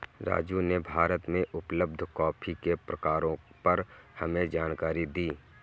राजू ने भारत में उपलब्ध कॉफी के प्रकारों पर हमें जानकारी दी